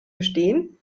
gestehen